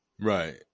Right